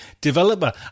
developer